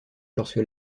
lorsque